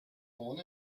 born